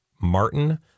Martin